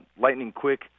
lightning-quick